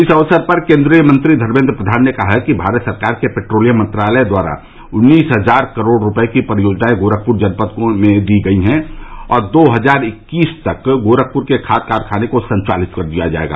इस अक्सर पर केन्द्रीय मंत्री धर्मेन्द्र प्रधान ने कहा कि भारत सरकार के पेट्रोलियम मंत्रालय द्वारा उन्नीस हजार करोड़ रूपये की परियोजनाएं गोरखपुर जनपद में दी गयी है और दो हजार इक्कीस तक गोरखपुर के खाद कारखाने को संचालित कर दिया जायेगा